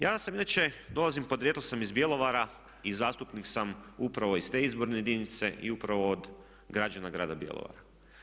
Ja sam inače, dolazim, podrijetlom sam iz Bjelovara i zastupnik sam upravo iz te izborne jedinice i upravo od građana grada Bjelovara.